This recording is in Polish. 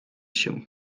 się